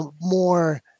more